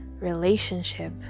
relationship